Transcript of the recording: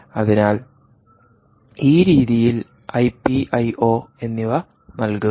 അതിനാൽ ഈ രീതിയിൽ I P I O എന്നിവ നൽകുക